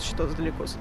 šituos dalykus